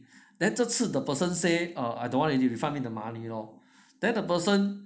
then 这次 the person I don't want already refund me the money lor then the person